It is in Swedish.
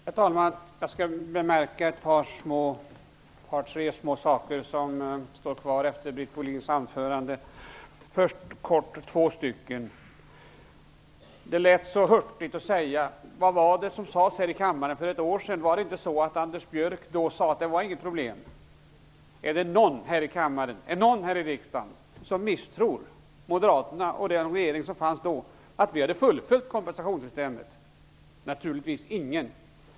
Herr talman! Jag skall bemärka ett par tre små saker som står kvar efter Britt Bohlins anförande. Det lät så hurtigt att säga: Vad var det som sades här i kammaren för ett år sedan? Var det inte så att Anders Björck då sade att det inte var något problem? Är det någon här i riksdagen som misstror att moderaterna och den regering som då fanns hade fullföljt kompensationssystemet? Naturligtvis ingen.